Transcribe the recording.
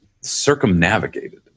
circumnavigated